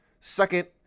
second